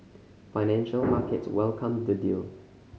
financial markets welcomed the deal